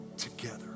Together